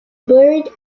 buried